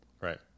Right